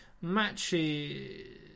matches